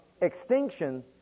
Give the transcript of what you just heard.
extinction